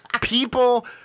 people